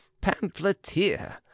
pamphleteer